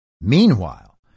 Meanwhile